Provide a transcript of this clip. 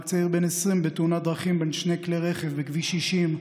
נהרג צעיר בן 20 בתאונת דרכים בין שני כלי רכב בכביש 60,